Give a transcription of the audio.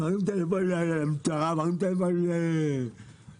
אני מרים טלפון למשטרה, מרים טלפון לפקחים,